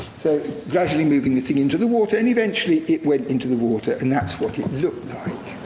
so, gradually moving the thing into the water, and eventually it went into the water, and that's what it looked like.